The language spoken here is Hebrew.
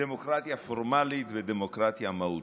דמוקרטיה פורמלית ודמוקרטיה מהותית.